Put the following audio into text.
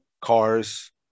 Cars